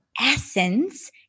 essence